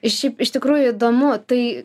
šiaip iš tikrųjų įdomu tai